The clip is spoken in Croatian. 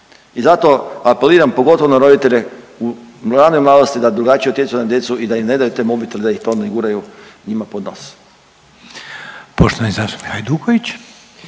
I zato apeliram pogotovo na roditelje u ranoj mladosti da drugačije utječu na djecu i da im ne daju te mobitele da ih tome guraju njima pod nos.